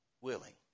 willing